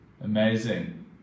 amazing